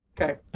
Okay